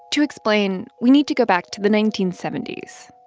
to explain, we need to go back to the nineteen seventy s.